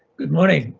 good morning.